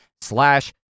slash